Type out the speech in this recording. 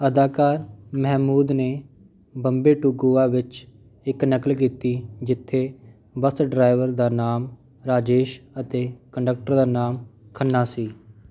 ਅਦਾਕਾਰ ਮਹਿਮੂਦ ਨੇ ਬੰਬੇ ਟੂ ਗੋਆ ਵਿੱਚ ਇੱਕ ਨਕਲ ਕੀਤੀ ਜਿੱਥੇ ਬੱਸ ਡਰਾਈਵਰ ਦਾ ਨਾਮ ਰਾਜੇਸ਼ ਅਤੇ ਕੰਡਕਟਰ ਦਾ ਨਾਮ ਖੰਨਾ ਸੀ